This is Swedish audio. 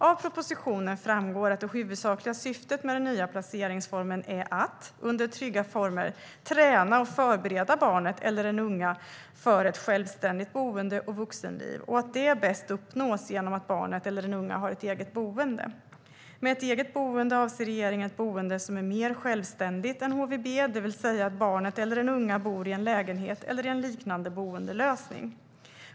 Av propositionen framgår att det huvudsakliga syftet med den nya placeringsformen är att under trygga former träna och förbereda barnet eller den unga för ett självständigt boende och vuxenliv och att det bäst uppnås genom att barnet eller den unga har ett eget boende. Med ett eget boende avser regeringen ett boende som är mer självständigt än HVB, det vill säga att barnet eller den unga bor i en lägenhet eller i en liknande boendelösning.